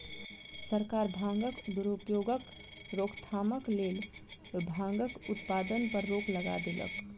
सरकार भांगक दुरुपयोगक रोकथामक लेल भांगक उत्पादन पर रोक लगा देलक